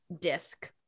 disc